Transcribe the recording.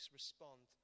respond